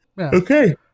okay